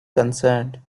concerned